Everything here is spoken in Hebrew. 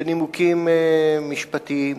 בנימוקים משפטיים.